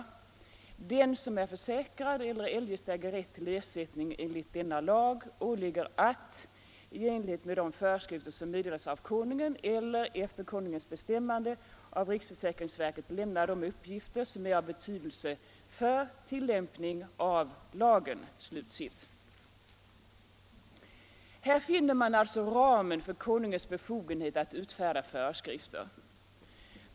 Här finner man alltså ramen för Konungens befogenhet att utfärda föreskrifter.